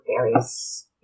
various